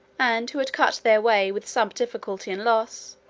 and who had cut their way, with some difficulty and loss,